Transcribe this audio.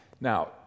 Now